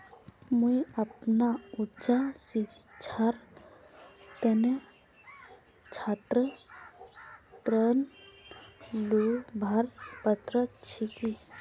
मुई अपना उच्च शिक्षार तने छात्र ऋण लुबार पत्र छि कि?